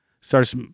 starts